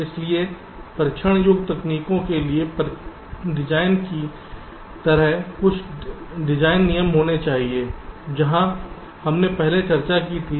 इसलिए परीक्षण योग्य तकनीकों के लिए डिज़ाइन की तरह कुछ डिज़ाइन नियम होने चाहिए जहाँ पहले चर्चा की गई थी